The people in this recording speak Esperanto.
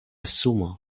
sumo